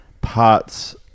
parts